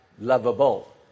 lovable